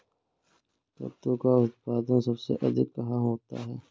कद्दू का उत्पादन सबसे अधिक कहाँ होता है?